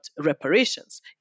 reparations